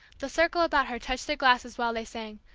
the circle about her touched their glasses while they sang,